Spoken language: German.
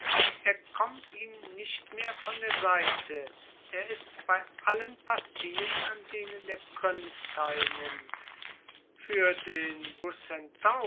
er kommt ihm nicht mehr von der seite er ist bei allen partien an denen der prinz teilnimmt für den